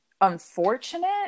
unfortunate